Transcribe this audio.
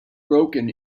broken